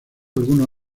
algunos